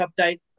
update